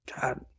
God